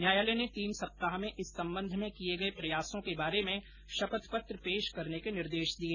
न्यायालय ने तीन सप्ताह में इस संबंध में किए गए प्रयासों के बारे में शपथ पत्र पेश करने के निर्देश दिए